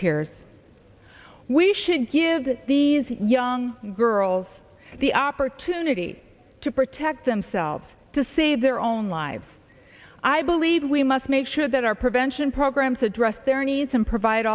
peers we should give these young girls the opportunity to protect themselves to save their own lives i believe we must make sure that our prevention programs address their needs and provide